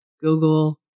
Google